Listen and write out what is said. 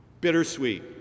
bittersweet